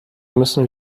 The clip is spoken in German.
müssen